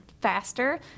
faster